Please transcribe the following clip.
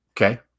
Okay